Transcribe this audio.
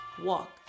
Walk